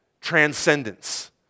transcendence